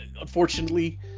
unfortunately